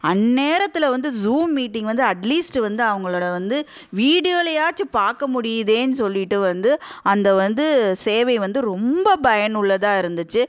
அந்நேரத்தில் வந்து Zoom meeting வந்து அட்லீஸ்ட் வந்து அவங்களோட வந்து வீடியோவிலயாச்சும் பார்க்க முடியுதேனு சொல்லிட்டு வந்து அந்த வந்து சேவை வந்து ரொம்ப பயனுள்ளதாக இருந்துச்சு